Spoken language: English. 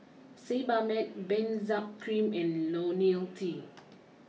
Sebamed Benzac cream and Lonil T